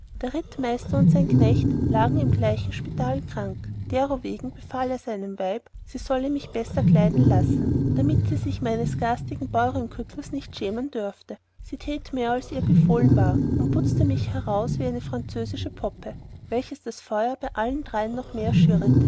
der rittmeister und sein knecht lagen in gleichem spital krank derowegen befahl er seinem weib sie sollte mich besser kleiden lassen damit sie sich meines garstigen baurenküttels nicht schämen dörfte sie tät mehr als ihr befohlen war und butzte mich heraus wie eine französische poppe welches das feur bei allen dreien noch mehr